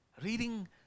reading